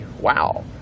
Wow